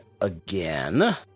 again